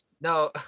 No